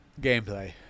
Gameplay